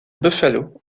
buffalo